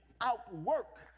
outwork